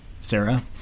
Sarah